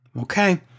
Okay